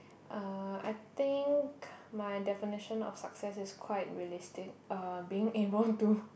uh I think my definition of success is quite realistic uh being able to